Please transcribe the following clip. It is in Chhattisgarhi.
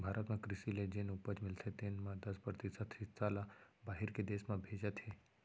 भारत म कृसि ले जेन उपज मिलथे तेन म दस परतिसत हिस्सा ल बाहिर के देस में भेजत हें